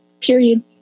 Period